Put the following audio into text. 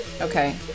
Okay